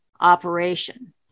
operation